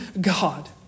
God